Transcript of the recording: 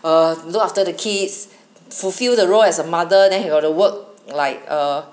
err look after the kids fulfil the role as a mother then you got to work like a